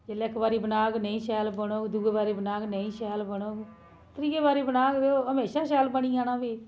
जिसलै इक बारी बनाग नेईं शैल बनग दूए बारी बनाग नेईं शैल बनग त्रीए बारी बनाग ओह् म्हेशां शैल बनी जाना फ्ही